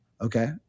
Okay